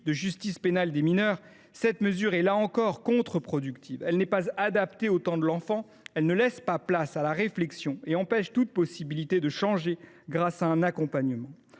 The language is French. la justice pénale des mineurs, cette mesure serait, là encore, contre productive. Elle n’est en effet pas adaptée au temps de l’enfant. Elle ne laisse pas place à la réflexion et empêche toute possibilité pour l’enfant de changer grâce à un accompagnement.